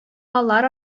алар